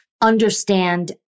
understand